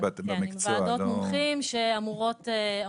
כן, עם ועדות מומחים שאמורות לטייב.